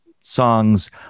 songs